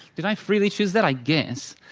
did i freely choose that? i guess.